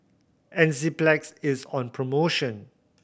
Enzyplex is on promotion